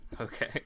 Okay